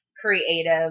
creative